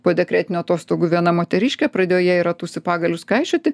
po dekretinių atostogų viena moteriškė pradėjo jai ratus į pagalius kaišioti